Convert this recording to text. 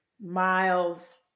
miles